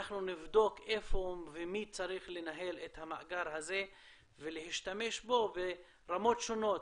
אנחנו נבדוק איפה ומי צריך לנהל את המאגר הזה ולהשתמש בו ברמות שונות,